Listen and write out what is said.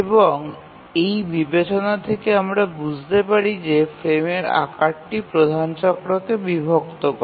এবং এই বিবেচনা থেকে আমরা বুঝতে পারি যে ফ্রেমের আকারটি প্রধান চক্রকে বিভক্ত করে